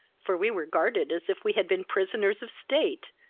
for we were guarded as if we had been prisoners of state,